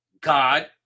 God